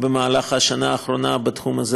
בשנה האחרונה בתחום הזה,